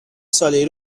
صالحی